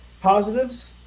positives